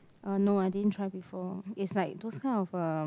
uh no I didn't try before it's like those kind of